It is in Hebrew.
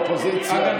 האופוזיציה,